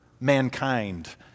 mankind